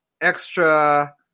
extra